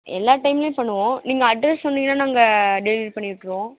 எல்லா டைம்லியும் பண்ணுவோம் நீங்கள் அட்ரஸ் சொன்னிங்கன்னால் நாங்கள் டெலிவரி பண்ணி விட்டுருவோம்